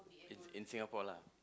it's in Singapore lah